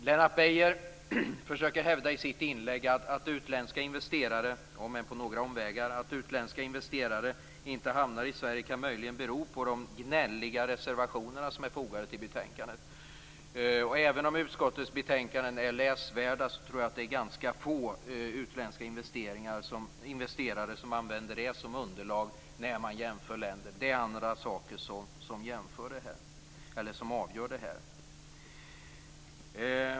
Lennart Beijer försöker i sitt inlägg hävda, om än på några omvägar, att det faktum att utländska investeringar inte hamnar i Sverige möjligen kan bero på de gnälliga reservationer som är fogade till betänkandet. Även om utskottets betänkanden är läsvärda tror jag att det är ganska få utländska investerare som använder dem som underlag när man jämför länder. Det är andra saker som avgör det här.